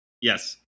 Yes